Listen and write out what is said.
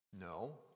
No